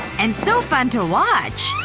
and so fun to watch!